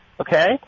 Okay